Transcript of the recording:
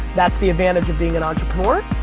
that's the advantage of being and entrepreneur.